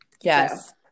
yes